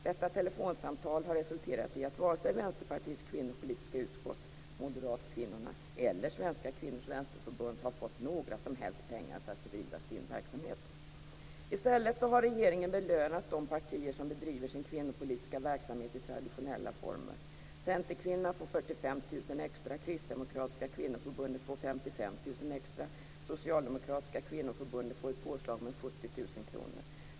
Detta telefonsamtal har resulterat i att inte vare sig Vänsterpartiets kvinnopolitiska utskott, moderatkvinnorna eller Svenska kvinnors vänsterförbund har fått några som helst pengar för att bedriva sin verksamhet. I stället har regeringen belönat de partier som bedriver sin kvinnopolitiska verksamhet i traditionella former. Centerkvinnorna får 45 000 kr extra, Kristdemokratiska Kvinnoförbundet får 55 000 kr extra och Socialdemokratiska kvinnoförbundet får ett påslag med 70 000 kr.